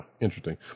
interesting